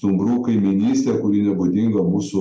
stumbrų kaimynystė kuri nebūdinga mūsų